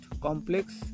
complex